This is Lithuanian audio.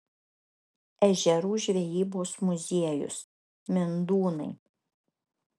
ežerų žvejybos muziejus mindūnai